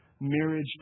marriage